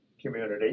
community